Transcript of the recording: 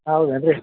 ಹೌದೇನು ರೀ